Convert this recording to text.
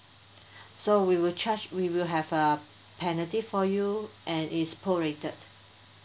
so we will charge we will have uh penalty for you and is prorated